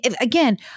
again